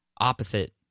opposite